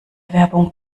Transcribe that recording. werbung